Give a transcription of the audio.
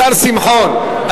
השר שמחון,